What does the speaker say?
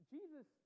Jesus